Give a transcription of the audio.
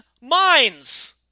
minds